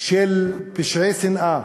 של פשעי שנאה,